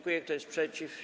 Kto jest przeciw?